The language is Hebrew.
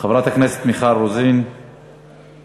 חברת הכנסת מיכל רוזין מוותרת,